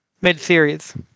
mid-series